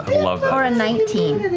or a nineteen?